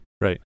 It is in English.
Right